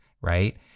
right